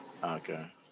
Okay